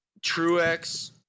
truex